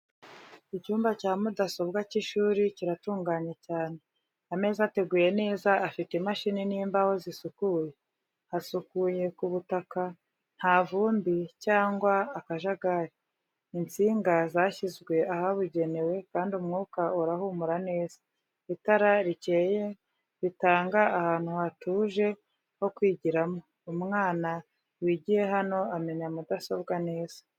Icyumba cya mudasobwa cy'ishuri kiratunganye cyane. Ameza ateguye neza afite imashini n'imbaho zisukuye. Hasukuye ku butaka, nta ivumbi cyangwa akajagari. Insinga zashyizwe ahabugenewe, kandi umwuka urahumura neza. Itara rikeye bitanga ahantu hatuje ho kwigiramo. Umwana wigiye hano amenya mudasobwa neza.